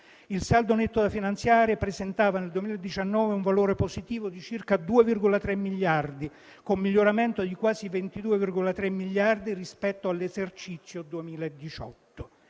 Il saldo netto da finanziare presentava nel 2019 un valore positivo di circa 2,3 miliardi di euro, con un miglioramento di quasi 22,3 miliardi di euro rispetto all'esercizio 2018.